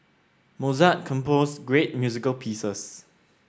Mozart composed great music pieces